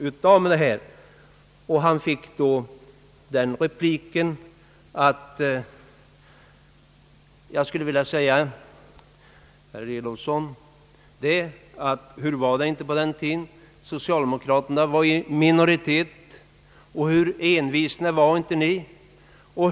Den socialdemokratiske ledamoten fick då ungefär följande svar av denna högerkvinna: »Jag skulle vilja fråga herr Elowsson: Hur var det inte på den tiden när socialdemokraterna var i minoritet, hur envisa var ni inte då?